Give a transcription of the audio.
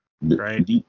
right